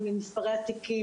עם מספרי התיקים,